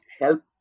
help